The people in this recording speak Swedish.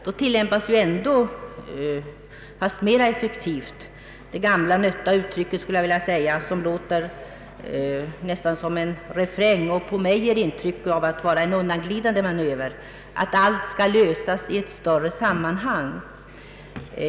Då tillämpas ändå, fast mera effektivt, det gamla nötta uttryck som låter, skulle jag vilja säga, nästan som en refräng och på mig ger ett intryck av en undanglidande manöver, nämligen att ”allt skall lösas i ett större sammanhang”.